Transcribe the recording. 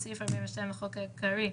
בסעיף 42 לחוק העיקרי,